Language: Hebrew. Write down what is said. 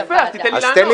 יפה, אז תיתן לי לענות.